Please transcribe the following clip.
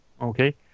okay